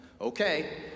okay